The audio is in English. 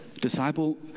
disciple